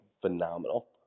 phenomenal